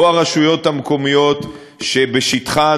או הרשויות המקומיות שבשטחן,